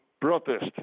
protest